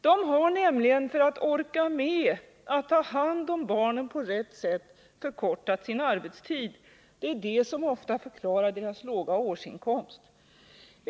De har nämligen för att orka med att ta hand om barnen på rätt sätt förkortat sin arbetstid — det är det som ofta förklarar deras låga årsinkomst.